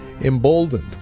emboldened